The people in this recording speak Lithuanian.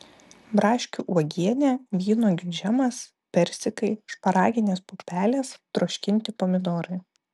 braškių uogienė vynuogių džemas persikai šparaginės pupelės troškinti pomidorai